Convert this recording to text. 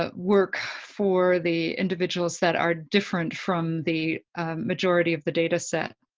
ah work for the individuals that are different from the majority of the data set.